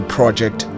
Project